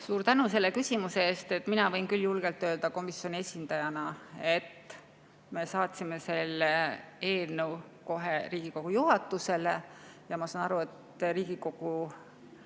Suur tänu selle küsimuse eest! Mina võin küll julgelt öelda komisjoni esindajana, et me saatsime selle eelnõu kohe Riigikogu juhatusele. Ma saan aru, et Riigikogu